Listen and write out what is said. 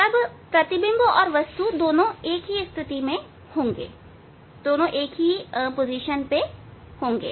तब प्रतिबिंब और वस्तु दोनों एक ही स्थिति में होंगे